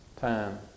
time